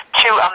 two